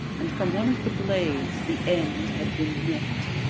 and from one of the blades the end had been nipped,